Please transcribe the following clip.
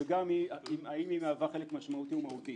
וגם האם היא מהווה חלק משמעותי מהותי,